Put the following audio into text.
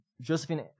Josephine